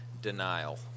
denial